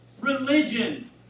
religion